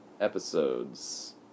episodes